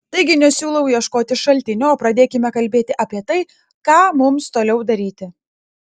taigi nesiūlau ieškoti šaltinio o pradėkime kalbėti apie tai ką mums toliau daryti